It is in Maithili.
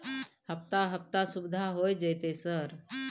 हफ्ता हफ्ता सुविधा होय जयते सर?